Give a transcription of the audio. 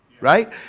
Right